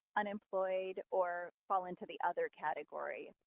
unemployed, or fall into the other category.